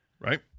Right